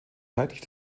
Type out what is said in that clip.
seitlich